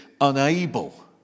unable